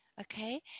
okay